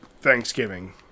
Thanksgiving